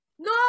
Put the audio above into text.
NO